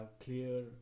clear